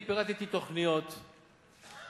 אני פירטתי תוכניות שכתובות,